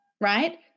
right